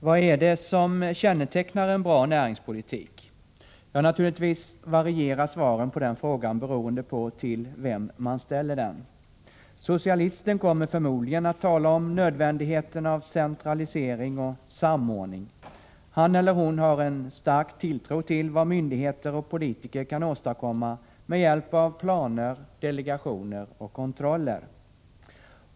Herr talman! Vad är det som kännetecknar en bra näringspolitik? Ja, naturligtvis varierar svaren på den frågan beroende på till vem man ställer den. Socialisten kommer förmodligen att tala om nödvändigheten av centralisering och ”samordning”. Han eller hon har en stark tilltro till vad myndigheter och politiker kan åstadkomma med hjälp av planer, delegationer och kontroller.